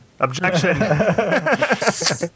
objection